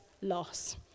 loss